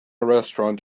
restaurant